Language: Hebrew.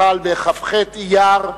החל בכ"ח באייר,